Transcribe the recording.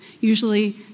usually